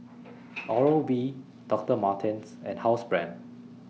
Oral B Doctor Martens and Housebrand